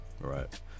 right